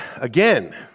again